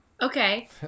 okay